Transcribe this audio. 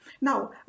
Now